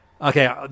Okay